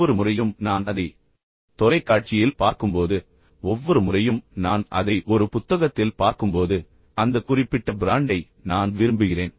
ஒவ்வொரு முறையும் நான் அதை தொலைக்காட்சியில் பார்க்கும்போது ஒவ்வொரு முறையும் நான் அதை ஒரு புத்தகத்தில் பார்க்கும்போது அந்த குறிப்பிட்ட பிராண்டை நான் விரும்புகிறேன்